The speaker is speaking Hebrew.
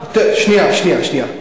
שנייה, שנייה, שנייה.